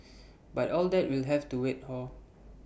but all that will have to wait hor